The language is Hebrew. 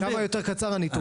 וכמה יותר קצר הניתוחים?